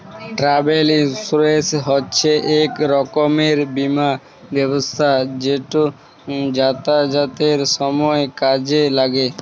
travel insurance হছে ইক রকমের বীমা ব্যবস্থা যেট যাতায়াতের সময় কাজে ল্যাগে